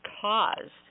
caused